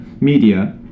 media